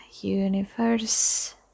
universe